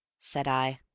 said i.